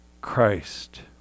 Christ